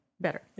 Better